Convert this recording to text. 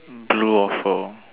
blue waffle